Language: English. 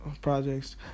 projects